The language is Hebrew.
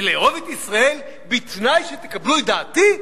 ולאהוב את ישראל בתנאי שתקבלו את דעתי?